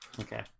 Okay